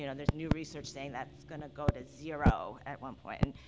you know there's new research saying that's going to go to zero at one point. and,